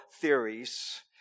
theories